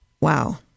Wow